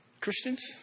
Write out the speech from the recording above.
Christians